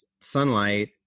sunlight